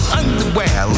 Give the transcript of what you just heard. underwear